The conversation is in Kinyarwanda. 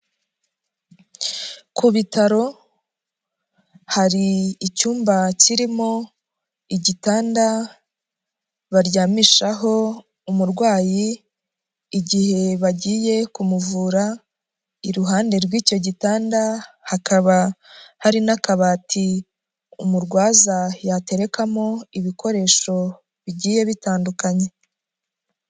Ku bitaro hari icyumba kirimo igitanda baryamishaho umurwayi igihe bagiye kumuvura, iruhande rw'icyo gitanda hakaba hari n'akabati umurwaza yaterekamo ibikoresho bigiye bitandukanye.